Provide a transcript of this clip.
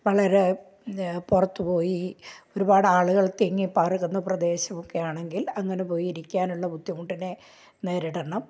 വളരെ പുറത്ത് പോയി ഒരുപാട് ആളുകൾ തിങ്ങിപ്പാർക്കുന്ന പ്രദേശമൊക്കെയാണെങ്കിൽ അങ്ങനെ പോയി ഇരിക്കാനുള്ള ബുദ്ധിമുട്ടിനെ നേരിടണം